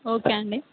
okay అండి